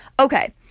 Okay